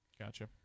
Gotcha